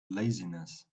laziness